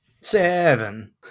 Seven